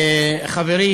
חברי,